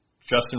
Justin